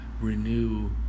renew